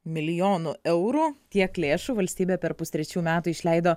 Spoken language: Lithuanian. milijonų eurų tiek lėšų valstybė per pustrečių metų išleido